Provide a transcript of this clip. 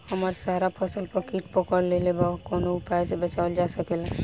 हमर सारा फसल पर कीट पकड़ लेले बा कवनो उपाय से बचावल जा सकेला?